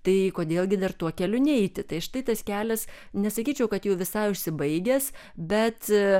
tai kodėl gi dar tuo keliu neiti tai štai tas kelias nesakyčiau kad jau visai užsibaigęs bet